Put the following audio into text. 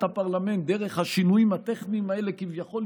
הפרלמנט דרך השינויים הטכניים האלה כביכול,